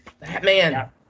Batman